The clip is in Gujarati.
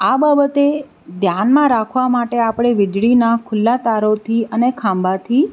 આ બાબતે ધ્યાનમાં રાખવા માટે આપણે વીજળીના ખુલ્લા તારોથી અને ખંભાથી